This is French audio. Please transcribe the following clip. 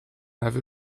aveu